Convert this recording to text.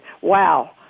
Wow